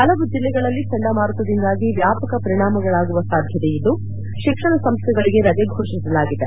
ಹಲವು ಜಿಲ್ಲೆಗಳಲ್ಲಿ ಚಂಡಮಾರುತದಿಂದಾಗಿ ವ್ಯಾಪಕ ಪರಿಣಾಮಗಳಾಗುವ ಸಾಧ್ಯತೆ ಇದ್ದು ಶಿಕ್ಷಣ ಸಂಸ್ಥೆಗಳಿಗೆ ರಜೆ ಘೋಷಿಸಲಾಗಿದೆ